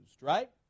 right